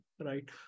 right